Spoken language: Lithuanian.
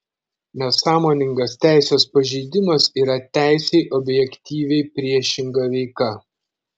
nesąmoningas teisės pažeidimas yra teisei objektyviai priešinga veika